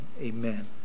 Amen